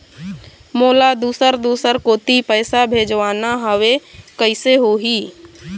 मोला दुसर दूसर कोती पैसा भेजवाना हवे, कइसे होही?